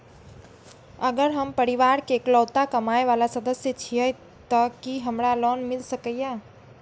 अगर हम परिवार के इकलौता कमाय वाला सदस्य छियै त की हमरा लोन मिल सकीए?